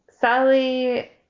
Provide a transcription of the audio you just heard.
Sally